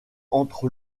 entre